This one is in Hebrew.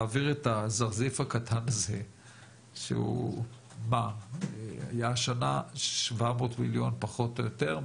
להעביר את הזרזיף הקטן הזה שהוא היה השנה 700 מיליון פחות או יותר,